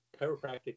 chiropractic